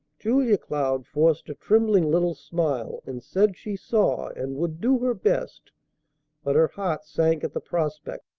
julia cloud forced a trembling little smile, and said she saw, and would do her best but her heart sank at the prospect.